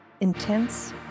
Intense